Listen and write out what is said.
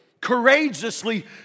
courageously